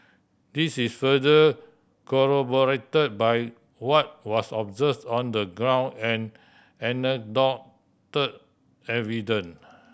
this is further corroborated by what was observes on the ground and anecdotal evidence